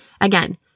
Again